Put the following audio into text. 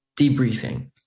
debriefing